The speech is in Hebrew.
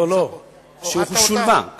לא, לא, היא שולבה.